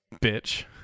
bitch